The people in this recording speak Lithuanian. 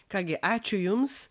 ką gi ačiū jums